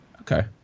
Okay